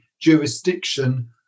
jurisdiction